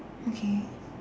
okay